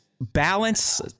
balance